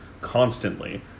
constantly